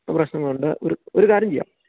ഇപ്പോള് പ്രശ്നമൊന്നുമില്ല ഒരു ഒരു കാര്യം ചെയ്യാം